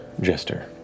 Jester